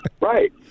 Right